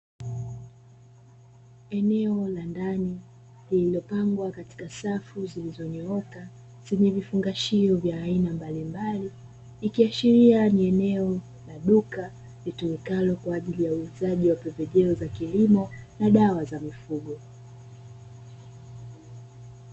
Eneo la ndani lililopangwa katika safu zilizonyooka zenye vifungashio vya aina mbalimbali, ikiashiria ni eneo la duka litumikalo kwaajili ya uuzaji wa pembejeo za kilimo na dawa za mifugo.